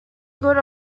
good